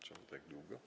Czemu tak długo?